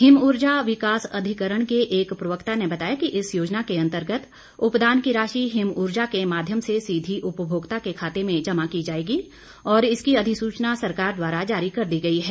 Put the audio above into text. हिमऊर्जा विकास अधिकरण के एक प्रवक्ता ने बताया कि इस योजना के अंतर्गत उपदान की राशि हिमऊर्जा के माध्यम से सीधी उपमोक्ता के खाते में जमा की जाएगी और इसकी अधिसूचना सरकार द्वारा जारी कर दी गई है